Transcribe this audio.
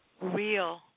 real